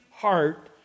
heart